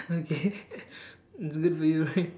okay it's good for you right